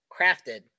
crafted